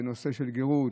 בנושא של גרות,